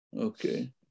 Okay